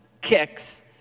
kicks